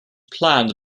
planned